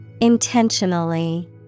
Intentionally